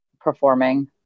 performing